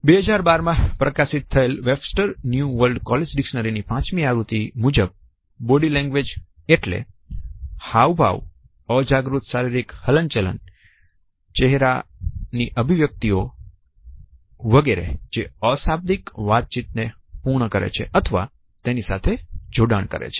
2012 માં પ્રકાશિત થયેલ વેબસ્ટર ની ન્યુ વર્લ્ડ કોલેજ ડિક્શનરી ની પાંચમી આવૃત્તિ માં મુજબ બોડી લેંગ્વેજ એટલે "હાવભાવ અજાગૃત શારીરિક હલનચલન ચહેરાના અભિવ્યક્તિઓ વગેરે જે અશાબ્દિક વાતચીત ને પૂર્ણ કરે છે અથવા તેની સાથે જોડાણ કરે છે